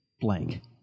blank